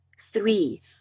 three